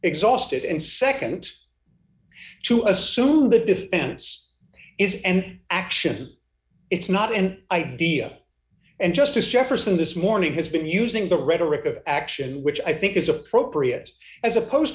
exhausted and nd to assume that defense is an action it's not an idea and justice jefferson this morning has been using the rhetoric of action which i think is appropriate as opposed